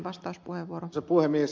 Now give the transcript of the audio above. arvoisa puhemies